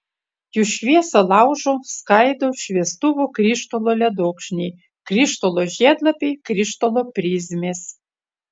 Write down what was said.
jų šviesą laužo skaido šviestuvo krištolo ledokšniai krištolo žiedlapiai krištolo prizmės